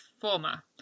former